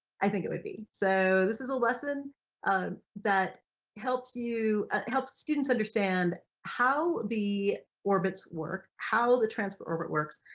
i think it would be. so this is a lesson that helps you ah helps students understand how the orbits work, how the transfer orbit works,